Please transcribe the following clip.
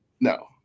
no